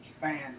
fan